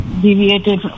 deviated